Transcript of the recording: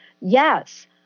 yes